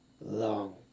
long